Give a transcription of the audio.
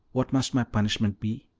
what must my punishment be?